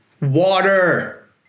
water